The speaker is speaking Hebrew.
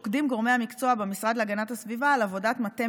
שוקדים גורמי המקצוע במשרד להגנת הסביבה על עבודת מטה